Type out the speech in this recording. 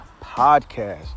podcast